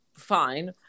fine